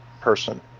person